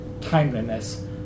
timeliness